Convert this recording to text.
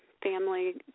Family